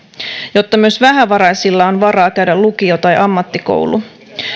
jotta myös vähävaraisilla on varaa käydä lukio tai ammattikoulu